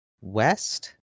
west